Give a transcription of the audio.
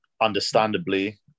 understandably